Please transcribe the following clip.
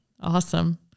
Awesome